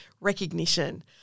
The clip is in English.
recognition